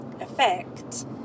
effect